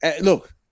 Look